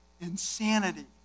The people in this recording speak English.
insanity